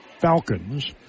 Falcons